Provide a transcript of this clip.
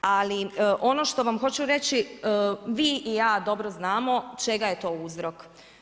Ali, ono što vam hoću reći, vi i ja dobro znamo, čega je to uzrok.